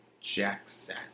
Jackson